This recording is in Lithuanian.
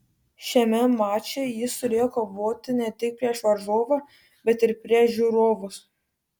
šiame mače jis turėjo kovoti ne tik prieš varžovą bet ir prieš žiūrovus